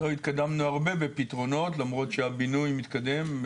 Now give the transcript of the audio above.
לא התקדמנו הרבה בפתרונות למרות שהבינוי מתקדם.